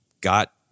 got